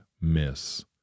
miss